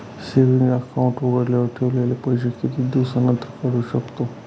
Saving account उघडल्यावर ठेवलेले पैसे किती दिवसानंतर काढू शकतो?